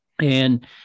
And-